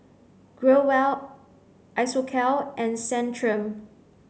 Growell Isocal and Centrum